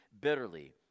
Bitterly